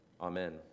Amen